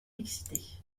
excitée